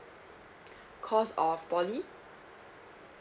cost of poly